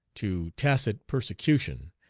to tacit persecution,